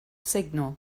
signal